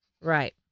Right